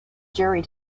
jury